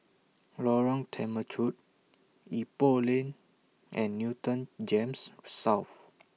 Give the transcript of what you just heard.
Lorong Temechut Ipoh Lane and Newton Gems South